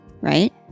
right